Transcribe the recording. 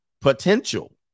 Potential